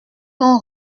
ont